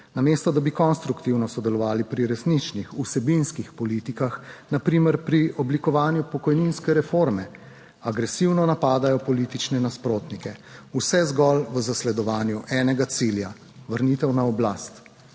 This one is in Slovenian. Namesto, da bi konstruktivno sodelovali pri resničnih vsebinskih politikah, na primer pri oblikovanju pokojninske reforme, agresivno napadajo politične nasprotnike. Vse zgolj v zasledovanju enega cilja, vrnitev na oblast.